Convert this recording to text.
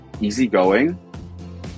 easygoing